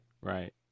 Right